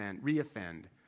re-offend